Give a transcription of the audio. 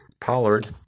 Pollard